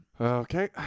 okay